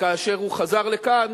כאשר הוא חזר לכאן,